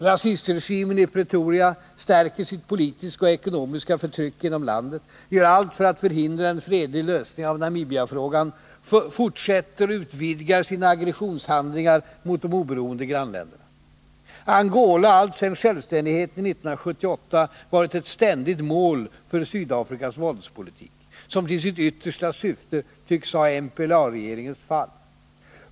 Rasistregimen i Pretoria stärker sitt politiska och ekonomiska förtryck inom landet, gör allt för att förhindra en fredlig lösning av Namibiafrågan, fortsätter och utvidgar sina aggressionshandlingar mot de oberoende grannländerna. Angola har alltsedan självständigheten 1978 varit ett ständigt mål för Sydafrikas våldspolitik, som till sitt yttersta syfte tycks ha MPLA-regeringens fall.